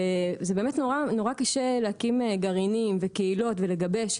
וזה באמת נורא קשה להקים גרעינים וקהילות ולגבש,